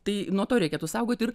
tai nuo to reikėtų saugot ir